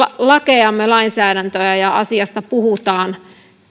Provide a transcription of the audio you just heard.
lakejamme lainsäädäntöä ja ja asiasta puhutaan